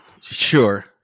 sure